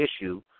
issue